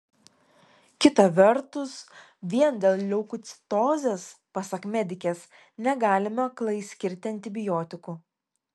kita vertus vien dėl leukocitozės pasak medikės negalima aklai skirti antibiotikų